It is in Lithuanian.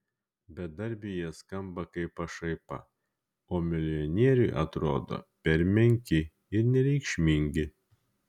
bedarbiui jie skamba kaip pašaipa o milijonieriui atrodo per menki ir nereikšmingi